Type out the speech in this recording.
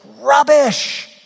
rubbish